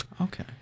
Okay